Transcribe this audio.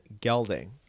gelding